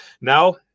Now